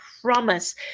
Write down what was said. promise